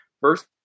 First